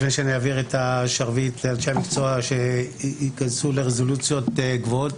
לפני שאני אעביר את השרביט לאנשי המקצוע שיכנסו לרזולוציות גבוהות,